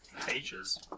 Pages